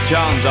John